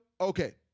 okay